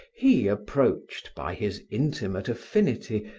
he approached, by his intimate affinity,